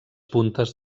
puntes